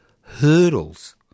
hurdles